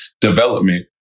development